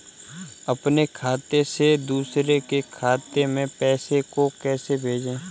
अपने खाते से दूसरे के खाते में पैसे को कैसे भेजे?